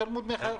ישלמו דמי חבר,